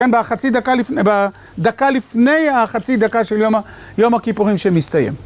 כן, בדקה לפני החצי דקה של יום הכיפורים שמסתיים.